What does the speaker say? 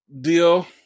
deal